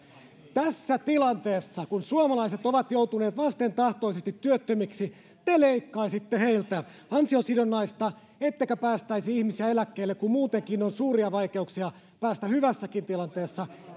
tässä tilanteessa kun suomalaiset ovat joutuneet vastentahtoisesti työttömiksi te leikkaisitte heiltä ansiosidonnaista ettekä päästäisi ihmisiä eläkkeelle kun muutenkin on ikääntyneillä suuria vaikeuksia päästä hyvässäkin tilanteessa